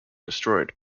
destroyed